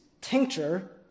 tincture